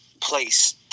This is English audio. place